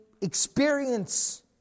experience